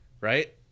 Right